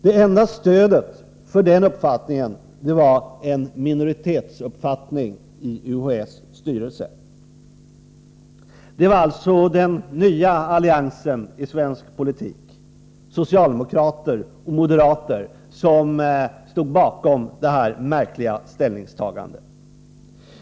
Det enda stöd som fanns för den uppfattningen utgjordes av en minoritet inom UHÄ:s styrelse. Det var den nya alliansen i svensk politik — socialdemokrater och moderater — som stod bakom det här märkliga ställningstagandet.